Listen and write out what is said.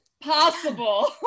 possible